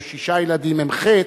או שישה ילדים הם חטא,